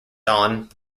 dawn